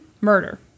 Murder